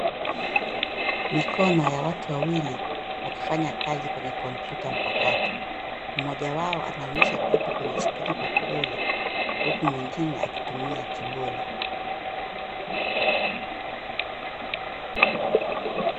Mikono ya watu wawili wakifanya kazi kwenye kompyuta mkakato. Mmoja wao anaonyesha kitu kwenye skrini na kidole huku mwingine akitumia kibodi.